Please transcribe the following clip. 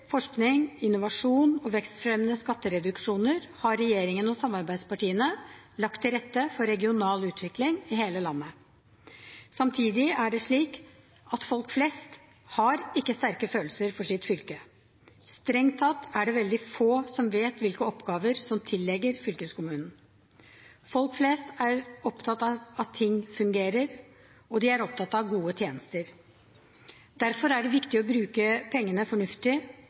forskning, innovasjon og vekstfremmende skattereduksjoner har regjeringen og samarbeidspartiene lagt til rette for regional utvikling i hele landet. Samtidig er det slik at folk flest ikke har sterke følelser for sitt fylke. Strengt tatt er det veldig få som vet hvilke oppgaver som tilligger fylkeskommunen. Folk flest er opptatt av at ting fungerer, og de er opptatt av gode tjenester. Derfor er det viktig å bruke pengene fornuftig